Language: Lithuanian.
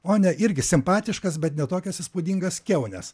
o ne irgi simpatiškas bet ne tokias įspūdingas kiaunes